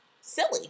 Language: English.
silly